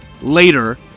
Later